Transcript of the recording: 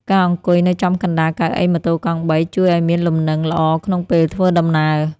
ការអង្គុយនៅចំកណ្តាលកៅអីម៉ូតូកង់បី ជួយឱ្យមានលំនឹងល្អក្នុងពេលធ្វើដំណើរ។